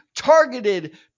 targeted